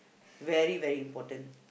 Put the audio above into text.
very very important